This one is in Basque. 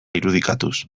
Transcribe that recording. irudikatuz